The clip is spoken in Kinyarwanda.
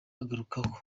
agarukaho